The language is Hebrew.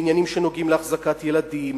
עניינים שנוגעים להחזקת ילדים,